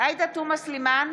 עאידה תומא סלימאן,